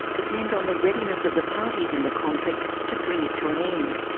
depend on the readiness of the parties in the conflict to bring it to and end,